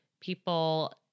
people